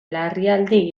larrialdi